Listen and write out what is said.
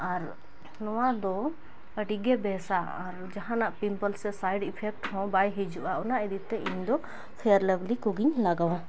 ᱟᱨ ᱱᱚᱣᱟᱫᱚ ᱟᱹᱰᱤᱜᱮ ᱵᱮᱥᱟ ᱟᱨ ᱡᱟᱦᱟᱱᱟᱜ ᱯᱤᱢᱯᱚᱞᱥ ᱥᱮ ᱥᱟᱭᱤᱰ ᱤᱯᱷᱮᱠᱴ ᱦᱚᱸ ᱵᱟᱭ ᱦᱤᱡᱩᱜᱼᱟ ᱚᱱᱟ ᱤᱫᱤᱛᱮ ᱤᱧᱫᱚ ᱯᱷᱮᱭᱟᱨ ᱞᱟᱵᱷᱞᱤ ᱠᱚᱜᱮᱧ ᱞᱟᱜᱟᱣᱟ